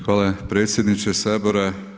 Hvala predsjedniče Sabora.